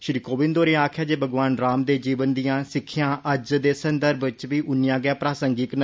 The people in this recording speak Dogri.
श्री कोविंद होरें आक्खेआ जे भगवान राम दे जीवन दियां सिक्खेयां अज्जै दे संदर्भ च बी उन्नियां गै प्रासंगिक न